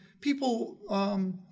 people